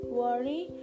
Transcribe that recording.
worry